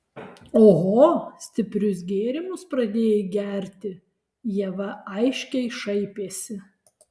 oho stiprius gėrimus pradėjai gerti ieva aiškiai šaipėsi